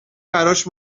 براش